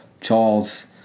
Charles